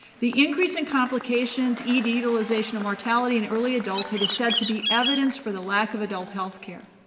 the increase in complications, ed utilization to mortality in early adulthood is said to be evidence for the lack of adult healthcare.